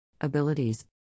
abilities